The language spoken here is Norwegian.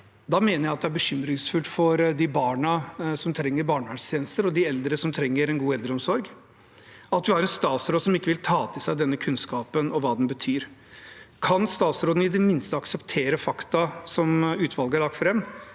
mener jeg faktisk at det er bekymringsfullt for de barna som trenger barnevernstjenester, og de eldre som trenger en god eldreomsorg, at vi har en statsråd som ikke vil ta til seg denne kunnskapen og hva den betyr. Kan statsråden i det minste akseptere det faktum som utvalget har lagt fram,